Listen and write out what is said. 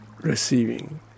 receiving